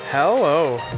Hello